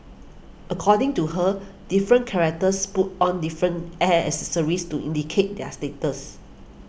according to her different characters put on different hairs accessories to indicate their status